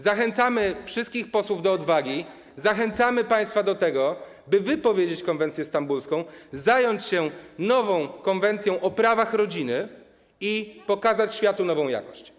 Zachęcamy wszystkich posłów do odwagi, zachęcamy państwa do tego, by wypowiedzieć konwencję stambulską, zająć się nową konwencją o prawach rodziny i pokazać światu nową jakość.